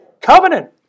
Covenant